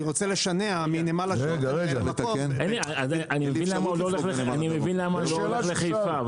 אני מבין למה לא הולך לחיפה,